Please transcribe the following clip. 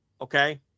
okay